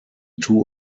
two